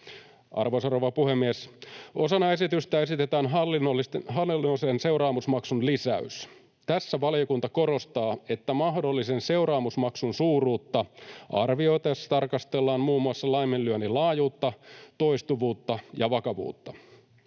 Arvoisa rouva puhemies! Osana esitystä esitetään hallinnollisen seuraamusmaksun lisäystä. Tässä valiokunta korostaa, että mahdollisen seuraamusmaksun suuruutta arvioitaessa tarkastellaan muun muassa laiminlyönnin laajuutta, toistuvuutta ja vakavuutta.